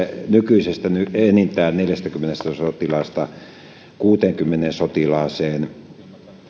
nykyisestä enintään neljästäkymmenestä sotilaasta kuuteenkymmeneen sotilaaseen